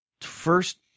first